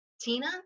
Tina